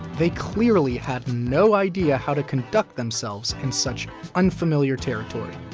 they clearly had no idea how to conduct themselves in such unfamiliar territory.